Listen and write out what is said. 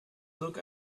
look